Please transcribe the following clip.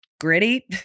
Gritty